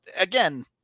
again